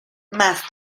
más